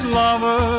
lover